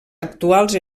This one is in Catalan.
actuals